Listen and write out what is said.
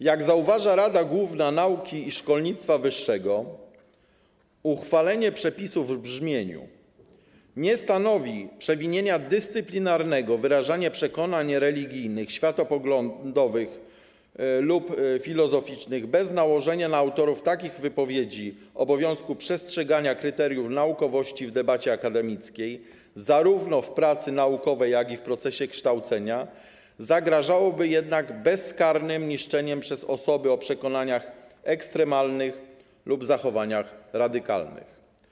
Jak zauważa Rada Główna Nauki i Szkolnictwa Wyższego, uchwalenie przepisów w brzmieniu: „Nie stanowi przewinienia dyscyplinarnego wyrażanie przekonań religijnych, światopoglądowych lub filozoficznych” bez nałożenia na autorów takich wypowiedzi obowiązku przestrzegania kryteriów naukowości w debacie akademickiej, zarówno w pracy naukowej, jak i w procesie kształcenia, zagrażałoby jednak bezkarnym niszczeniem przez osoby o przekonaniach ekstremalnych lub zachowaniach radykalnych.